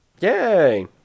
Yay